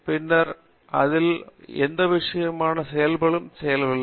பின்னர் அதில் எந்த விதமான செயல்களிலும் செய்யவில்லை